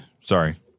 Sorry